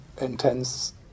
intense